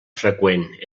freqüent